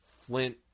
Flint